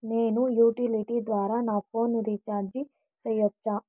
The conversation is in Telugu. నేను యుటిలిటీ ద్వారా నా ఫోను రీచార్జి సేయొచ్చా?